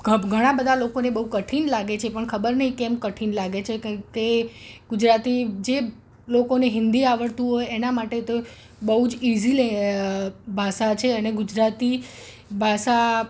ઘણા બધા લોકોને બહુ કઠિન લાગે છે પણ ખબર નહીં કેમ કઠિન લાગે છે કેમકે ગુજરાતી જે લોકોને હિન્દી આવડતું હોય એના માટે તો બહુ જ ઈઝી ભાષા છે અને ગુજરાતી ભાષા